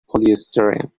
polystyrene